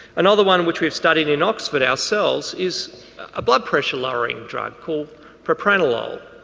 another one which we have studied in oxford ourselves is a blood pressure lowering drug called propanolol,